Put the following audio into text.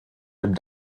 dem